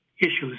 issues